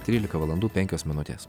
trylika valandų penkios minutės